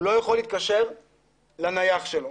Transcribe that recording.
הוא לא יכול להתקשר לטלפון הנייח שלו.